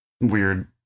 weird